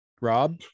Rob